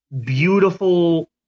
beautiful